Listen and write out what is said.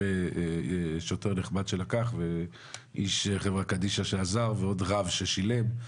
במקרה שוטר נחמד שלקח ואיש חברת קדישא שעזר ועוד רב ששילם,